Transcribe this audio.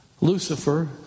Lucifer